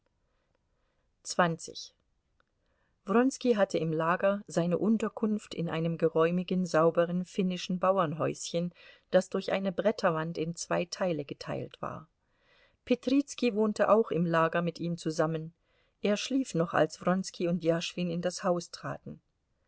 wronski hatte im lager seine unterkunft in einem geräumigen sauberen finnischen bauernhäuschen das durch eine bretterwand in zwei teile geteilt war petrizki wohnte auch im lager mit ihm zusammen er schlief noch als wronski und jaschwin in das haus traten